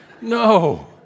No